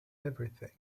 everything